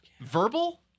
Verbal